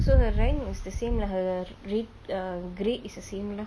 so the rank was the same lah her grade~ grade is the same lor